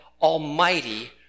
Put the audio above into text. Almighty